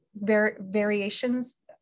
variations